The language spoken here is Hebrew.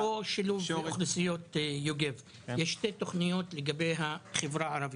אפרופו שילוב אוכלוסיות יש שתי תוכניות לגבי החברה הערבית.